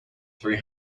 three